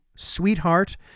Sweetheart